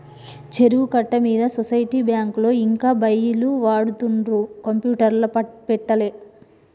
చెరువు కట్ట మీద సొసైటీ బ్యాంకులో ఇంకా ఒయ్యిలు వాడుతుండ్రు కంప్యూటర్లు పెట్టలే